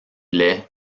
les